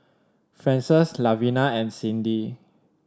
Frances Lavina and Cyndi